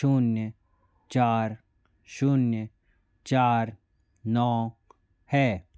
शून्य चार शून्य चार नौ है